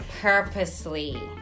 Purposely